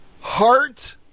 heart